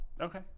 Okay